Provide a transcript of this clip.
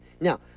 Now